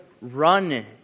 run